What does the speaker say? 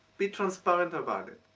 be transparent about it.